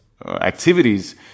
Activities